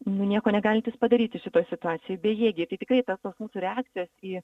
nu nieko negalintys padaryti šitoj situacijoj bejėgiai tai tikrai ta mūsų reakcija į